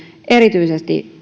erityisesti